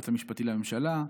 היועץ המשפטי לממשלה,